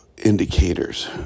indicators